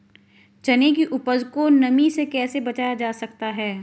चने की उपज को नमी से कैसे बचाया जा सकता है?